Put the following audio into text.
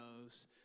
knows